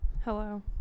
Hello